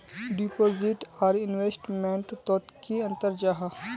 Deposit आर investment तोत की अंतर जाहा?